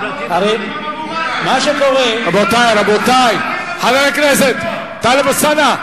חבר הכנסת טלב אלסאנע,